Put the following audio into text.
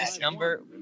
number